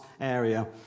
area